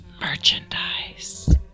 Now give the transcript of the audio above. Merchandise